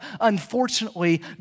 Unfortunately